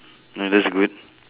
oh that's good